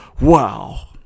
Wow